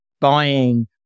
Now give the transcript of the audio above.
buying